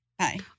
Hi